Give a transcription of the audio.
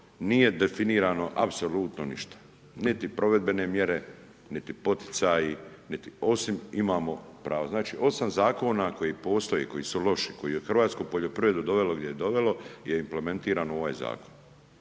nije definirano apsolutno ništa. Niti provedbene mjere nit poticaji, osim imamo .../Govornik se ne razumije./... Znači osam zakona koji postoje, koji su loši, koji je hrvatsku poljoprivredu dovelo gdje je dovelo je implementirano u ovoj zakon.